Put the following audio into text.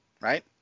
right